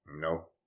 No